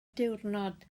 diwrnod